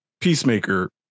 Peacemaker